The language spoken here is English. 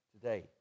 today